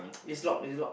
it's locked it's locked